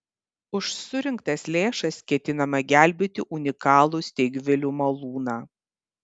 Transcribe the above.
už surinktas lėšas ketinama gelbėti unikalų steigvilių malūną